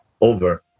over